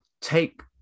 take